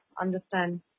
understand